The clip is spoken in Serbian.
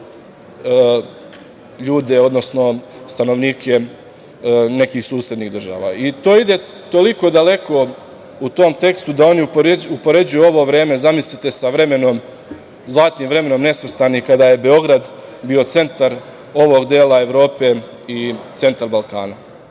ljude, odnosno stanovnike nekih susednih država. To ide toliko daleko u tom tekstu da oni upoređuju ovo vreme, zamislite, sa vremenom, zlatnim vremenom, nesvrstanih, kada je Beograd bio centar ovog dela Evrope i centar Balkana. Zaista